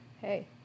Hey